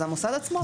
זה המוסד עצמו.